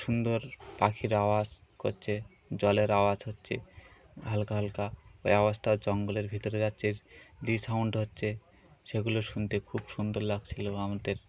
সুন্দর পাখির আওয়াজ করছে জলের আওয়াজ হচ্ছে হালকা হালকা ওই আওয়াজটা জঙ্গলের ভিতরে যাচ্ছে রি সাউন্ড হচ্ছে সেগুলো শুনতে খুব সুন্দর লাগছিলো আমাদের